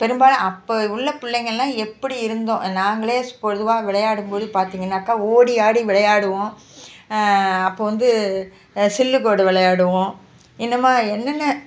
பெரும்பாலும் அப்போ உள்ளே பிள்ளைங்கயெல்லாம் எப்படி இருந்தோம் நாங்களே பொதுவாக விளையாடும் போது பார்த்தீங்கன்னாக்கா ஓடி ஆடி விளையாடுவோம் அப்போ வந்து சில்லுக்கோடு விளையாடுவோம் இன்னமும் என்னென்ன